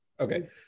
Okay